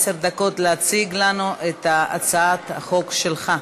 עשר דקות להציג לנו את הצעת החוק שלך.